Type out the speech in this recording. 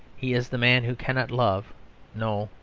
he is the man who cannot love no,